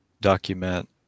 document